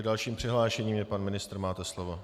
Dalším přihlášeným je pan ministr, máte slovo.